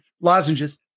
Lozenges